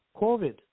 COVID